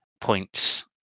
points